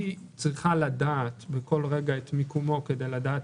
היא צריכה לדעת בכל רגע את מיקומו כדי לדעת